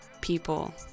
people